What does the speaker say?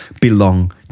belong